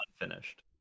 unfinished